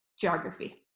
geography